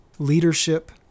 leadership